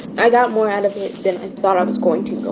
i got more out of it than i thought i was going to you know